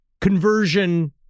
conversion